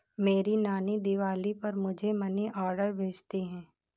मेरी नानी दिवाली पर मुझे मनी ऑर्डर भेजती है